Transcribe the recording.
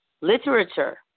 literature